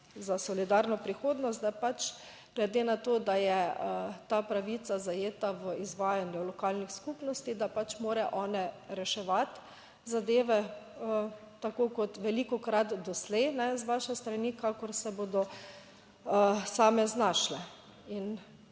za solidarno prihodnost, da pač glede na to, da je ta pravica zajeta v izvajanju lokalnih skupnosti, da pač morajo one reševati zadeve tako kot velikokrat doslej z vaše strani, kakor se bodo same znašle